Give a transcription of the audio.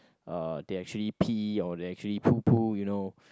uh they actually pee or they actually poo poo you know